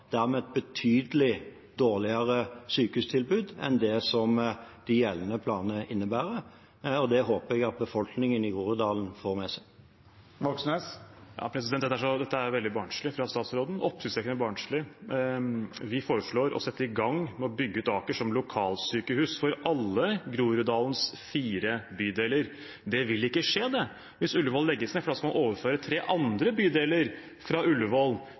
et betydelig dårligere sykehustilbud enn det som de gjeldende planene innebærer. Det håper jeg at befolkningen i Groruddalen får med seg. Dette er veldig barnslig fra statsråden – oppsiktsvekkende barnslig. Vi foreslår å sette i gang med å bygge ut Aker som lokalsykehus for alle Groruddalens fire bydeler. Det vil ikke skje hvis Ullevål legges ned, for da skal man overføre tre andre bydeler fra Ullevål